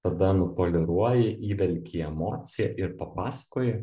tada nupoliruoji įvelki į emociją ir papasakoji